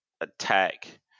attack